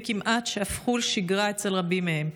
וכמעט שהפכו שגרה אצל רבים מהם.